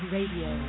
Radio